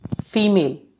female